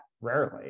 rarely